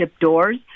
doors